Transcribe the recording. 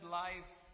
life